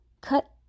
Cut